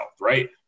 right